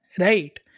Right